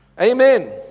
Amen